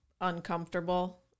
uncomfortable